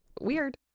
weird